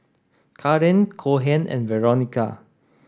Kaaren Cohen and Veronica